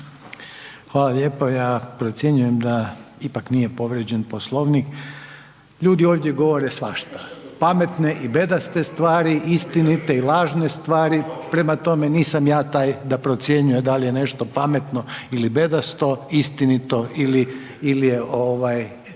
Hvala lijepo. Ja procjenjujem da ipak nije povrijeđen Poslovnik. Ljudi ovdje govore svašta, pametne i bedaste stvari, istinite i lažne stvari. Prema tome, nisam ja taj da procjenjuje da li je nešto pametno ili bedasto, istinito ili je čista